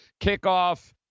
kickoff